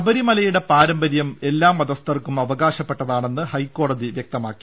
ശബരിമലയുടെ പാരമ്പര്യം എല്ലാ മതസ്ഥർക്കും അവകാശ പ്പെട്ടതാണെന്ന് ഹൈക്കോടതി വൃക്തമാക്കി